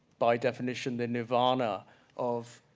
by definition the nirvana of,